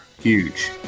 huge